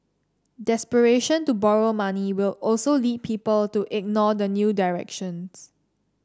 desperation to borrow money will also lead people to ignore the new directions